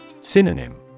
Synonym